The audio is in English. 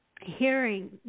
hearing